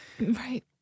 Right